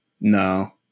No